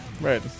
Right